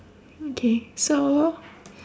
okay so